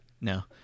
No